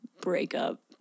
breakup